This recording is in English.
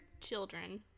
children